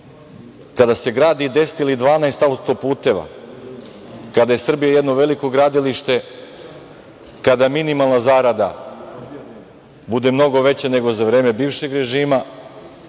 kada se gradi deset ili dvanaest auto-puteva, kada je Srbija jedno veliko gradilište, kada minimalna zarada bude mnogo veća nego za vreme bivšeg režima,